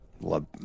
Love